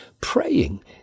praying